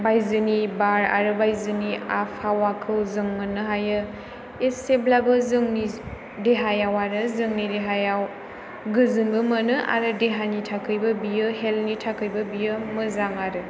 बायजोनि बार आरो बायजोनि आबहावाखौ जों मोननो हायो एसेब्लाबो जोंनि देहायाव आरो जोंनि देहायाव गोजोनबो मोनो आरो देहानि थाखायबो बियो हेल्थनि थाखायबो बियो मोजां आरो